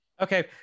Okay